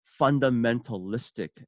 fundamentalistic